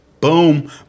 Boom